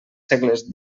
segles